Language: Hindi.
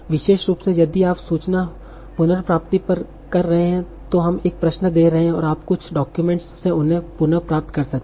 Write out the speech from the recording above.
विशेष रूप से यदि आप सूचना पुनर्प्राप्ति कर रहे हैं तो हम एक प्रश्न दे रहे हैं और आप कुछ डाक्यूमेंट से उन्हें पुनः प्राप्त कर रहे हैं